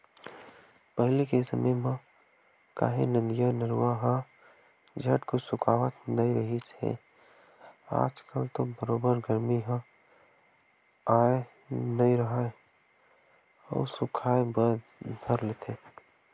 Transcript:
पहिली के समे म काहे नदिया, नरूवा ह झटकून सुखावत नइ रिहिस हे आज कल तो बरोबर गरमी ह आय नइ राहय अउ सुखाय बर धर लेथे